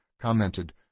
commented